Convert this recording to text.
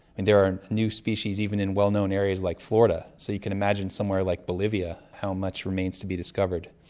and there are new species even in well-known areas like florida, so you can imagine somewhere like bolivia how much remains to be discovered.